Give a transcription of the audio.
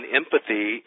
empathy